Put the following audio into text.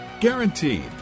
Guaranteed